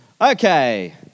Okay